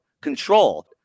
control